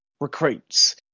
recruits